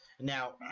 Now